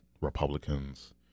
Republicans